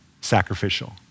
sacrificial